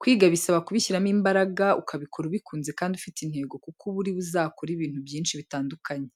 Kwiga bisaba kubishyiramo imbaraga, ukabikora ubikuze kandi ufite intego kuko uba uri buzakore ibintu byinshi bitandukanye,